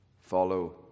follow